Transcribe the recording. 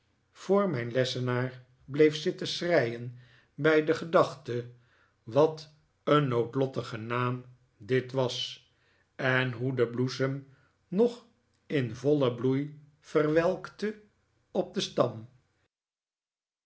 voor mijn lessenaar bleef zitten schreien bij de gedachte wat een noodlottige naam dit was en hoe de bloesem nog in vollen bloei verwelkte op den stam